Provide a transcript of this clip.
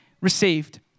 received